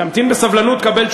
זה פחות?